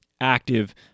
active